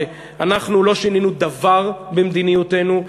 שאנחנו לא שינינו דבר במדיניותנו.